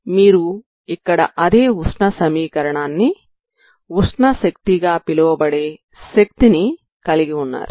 కాబట్టి మీరు ఇక్కడ అదే ఉష్ణ సమీకరణాన్ని ఉష్ణ శక్తిని గా పిలవబడే శక్తిని కలిగి ఉన్నారు